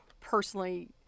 personally